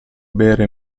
bere